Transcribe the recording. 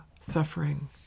suffering